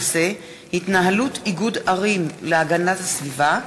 הכנסת יעל גרמן ויעל כהן-פארן בנושא: התנהלות איגוד ערים להגנת הסביבה.